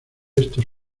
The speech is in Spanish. estos